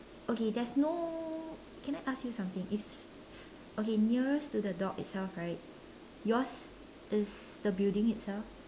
okay there's no can I ask you something is okay nearest to the dog itself right yours is the building itself